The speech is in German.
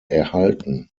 erhalten